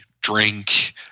drink